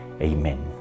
Amen